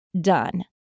done